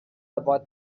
about